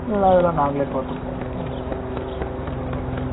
இல்லை அதெல்லாம் நாங்களே பார்த்துப்போம் ஒன்றும் ப்ராப்ளம் இல்லை நீங்கள் இல்லை